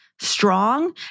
strong